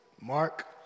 Mark